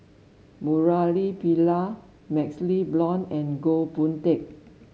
Murali Pillai MaxLe Blond and Goh Boon Teck